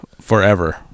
Forever